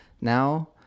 now